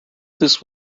this